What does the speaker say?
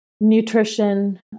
nutrition